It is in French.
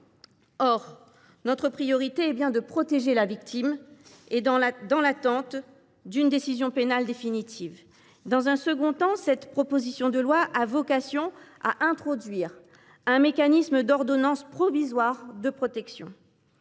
Or notre priorité est bien de protéger la victime, dans l’attente d’une décision pénale définitive. Ensuite, cette proposition de loi a vocation à introduire un mécanisme d’ordonnance provisoire de protection